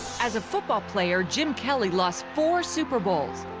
as a football player, jim kelly lost four super bowls.